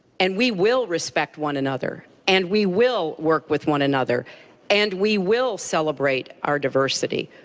and we will respect one another and we will work with one another and we will celebrate our diversity.